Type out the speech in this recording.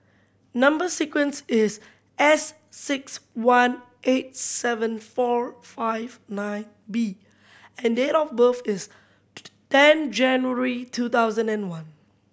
number sequence is S six one eight seven four five nine B and date of birth is ten January two thousand and one